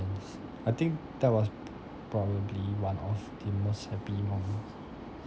I think that was p~ probably one of the most happy moments